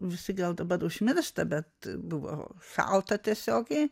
visi dėl to bet užmiršta bet buvo šalta tiesiogiai